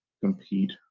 compete